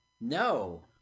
No